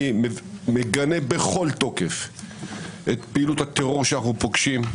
אני מגנה בכל תוקף את פעילות הטרור שאנחנו פוגשים.